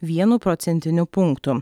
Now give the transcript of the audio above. vienu procentiniu punktu